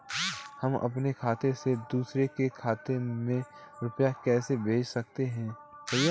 हम अपने खाते से दूसरे के खाते में रुपये कैसे भेज सकते हैं?